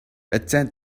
attend